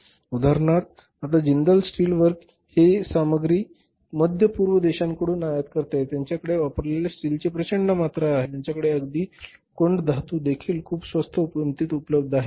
उदाहरणार्थ आता Jindal steel work ही सामग्री मध्य पूर्व देशांकडून आयात करते त्यांच्याकडे वापरलेल्या स्टीलची प्रचंड मात्रा आहे आणि त्यांच्याकडे अगदी लोखंडी धातू देखील खूप स्वस्त किंमतीत उपलब्ध आहे